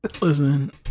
Listen